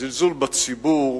זלזול בציבור,